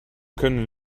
können